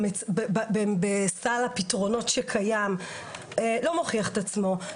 בסל הפתרונות שקיים לא מוכיח את עצמו.